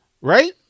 Right